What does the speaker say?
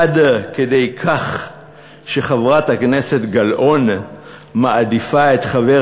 עד כדי כך שחברת הכנסת גלאון מעדיפה את חבר